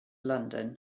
london